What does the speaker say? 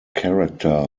character